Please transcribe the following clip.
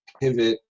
pivot